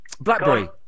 BlackBerry